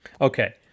Okay